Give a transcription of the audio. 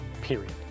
period